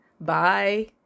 Bye